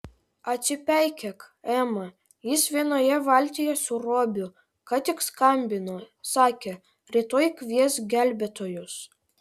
atsipeikėk ema jis vienoje valtyje su robiu ką tik skambino sakė rytoj kvies gelbėtojus